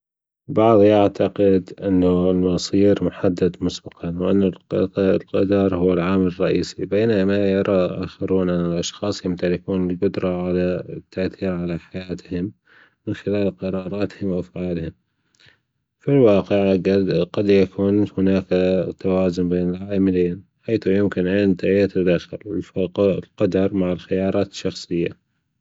البعض يعتقد أن المصير محدد مسبقًا وأن الق- القدر هو العامل الرئيسي بينما يرى آخرون أن الأشخاص يمتلكون الجدرة على التأثير على حياتهم من خلال قراراتهم وأفعالهم في الواقع جد- قد يكون هناك توازن بين العاملين حيث يمكن أن يت- يتداخلوا القدر مع الخيارات الشخصية.